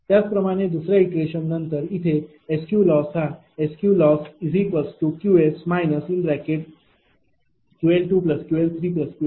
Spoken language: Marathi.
त्याचप्रमाणे दुसऱ्या इटरेशन नंतर इथे SQLoss हाSQLossQs QL2QL3QL41126